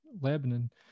lebanon